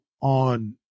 on